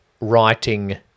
writing